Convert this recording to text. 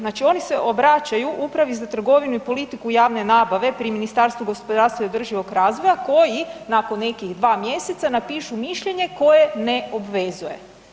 Znači oni se obraćaju upravi za trgovinu i politiku javne nabave pri Ministarstvu gospodarstva i održivog razvoja koji nakon nekih 2 mjeseca napišu mišljenje koje ne obvezuje.